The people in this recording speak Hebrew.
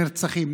והם נרצחים,